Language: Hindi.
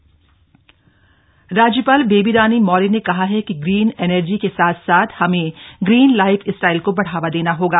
राज्यपाल वेबिनार राज्यपाल बेबी रानी मौर्य ने कहा है कि ग्रीन एनर्जी के साथ साथ हमें ग्रीन लाइफ स्टाइल को बढ़ावा देना होगा